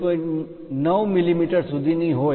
9 મીમી સુધીની હોય છે